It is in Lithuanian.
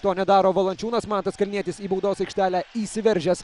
to nedaro valančiūnas mantas kalnietis į baudos aikštelę įsiveržęs